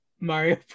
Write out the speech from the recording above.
Mario